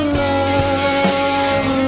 love